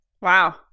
Wow